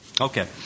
Okay